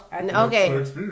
okay